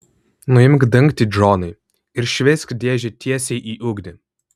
nuimk dangtį džonai ir šveisk dėžę tiesiai į ugnį